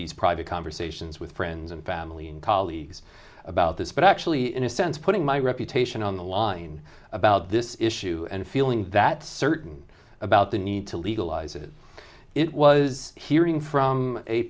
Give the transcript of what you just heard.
these private conversations with friends and family and colleagues about this but actually in a sense putting my reputation on the line about this issue and feeling that certain about the need to legalize it it was hearing from a